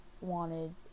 wanted